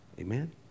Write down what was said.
Amen